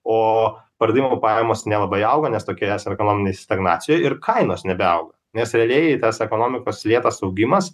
o pardavimų pajamos nelabai auga nes tokiai esant ekonominėj stagnacijoj ir kainos nebeauga nes realiai tas ekonomikos lėtas augimas